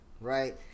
right